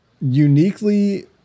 uniquely